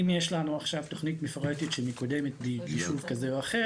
אם יש לנו עכשיו תוכנית מפורטת שמקודמת ביישוב כזה או אחר,